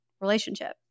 relationship